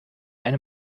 eine